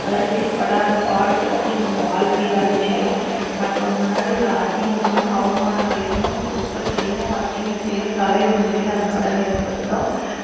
அரித்து படாத பாடுபடுத்தி நம் வாழ்க்கையே அழிச்சுடும் மற்றவங்க முன்னாடி அதிகமான அவமானங்களையும் துக்கத்தையும் அசிங்கத்தையும் தலைகுனிவையும் அந்த கடன் ஏற்படுத்தும்